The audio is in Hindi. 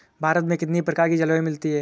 भारत में कितनी प्रकार की जलवायु मिलती है?